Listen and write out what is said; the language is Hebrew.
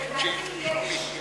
לדעתי, יש.